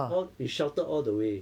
all is sheltered all the way